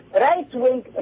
right-wing